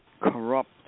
corrupt